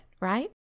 right